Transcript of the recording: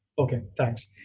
okay, thanks.